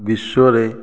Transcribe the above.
ବିଶ୍ୱରେ